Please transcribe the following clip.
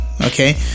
okay